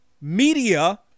media